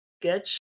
sketch